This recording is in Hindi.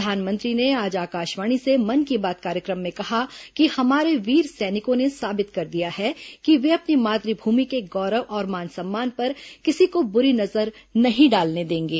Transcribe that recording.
प्रधानमंत्री ने आज आकाशवाणी से मन की बात कार्यक्रम में कहा कि हमारे वीर सैनिकों ने साबित कर दिया है कि वे अपनी मातभूमि के गौरव और मान सम्मान पर किसी को बुरी नजर नहीं डालने देंगे